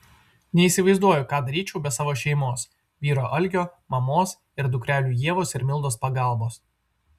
neįsivaizduoju ką daryčiau be savo šeimos vyro algio mamos ir dukrelių ievos ir mildos pagalbos